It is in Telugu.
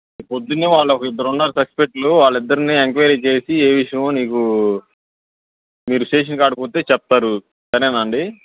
రేప్పొద్దున్నే వాళ్ళొక ఇద్దరున్నారు సస్పెక్ట్లు వాళ్ళిద్దరిని ఎంక్వయిరీ చేసి ఏ విషయమో నీకు మీరు స్టేషన్ కాడికొస్తే చెప్తారు సరేనా అండి